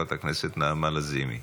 חברת הכנסת נעמה לזימי.